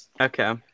okay